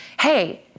hey